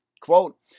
Quote